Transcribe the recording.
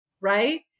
right